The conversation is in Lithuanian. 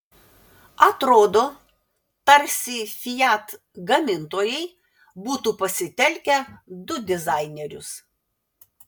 atrodo tarsi fiat gamintojai būtų pasitelkę du dizainerius